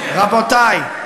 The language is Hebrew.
רבותי,